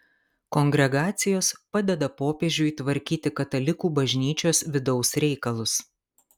kongregacijos padeda popiežiui tvarkyti katalikų bažnyčios vidaus reikalus